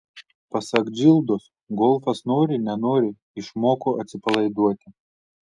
pasak džildos golfas nori nenori išmoko atsipalaiduoti